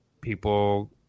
people